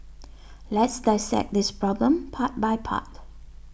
let's dissect this problem part by part